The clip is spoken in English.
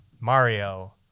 Mario